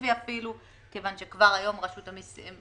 רטרואקטיבי כיוון שכבר היום רשות המסים,